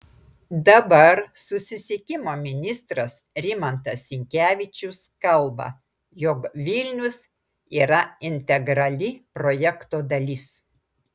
dabar susisiekimo ministras rimantas sinkevičius kalba jog vilnius yra integrali projekto dalis